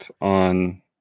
on